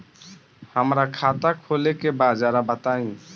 हमरा खाता खोले के बा जरा बताई